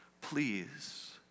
please